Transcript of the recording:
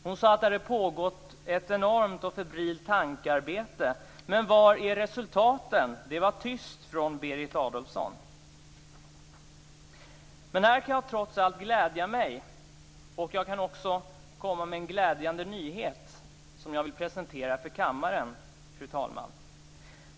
Hon sade att det hade pågått ett enormt och febrilt tankearbete. Men var är resultaten? Det var tyst från Berit Adolfsson. Men här kan jag trots allt glädja mig. Jag kan också komma med en glädjande nyhet som jag vill presentera för kammaren, fru talman.